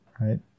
right